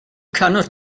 cannot